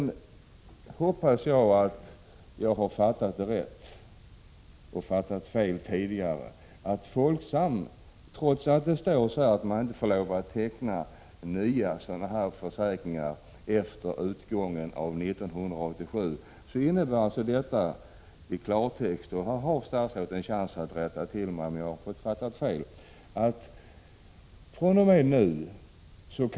Jag hoppas att jag nu har fattat rätt och tidigare har fattat fel vad gäller möjligheten för Folksam att fortsätta med sin marknadsföring på detta område. Det står visserligen skrivet att man inte får lov att teckna nya sådana här försäkringar efter utgången av 1987, men i klartext innebär detta — statsrådet har möjlighet att klargöra om jag har fattat fel — att Folksam fr. om.